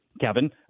Kevin